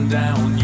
down